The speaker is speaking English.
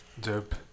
dope